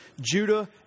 Judah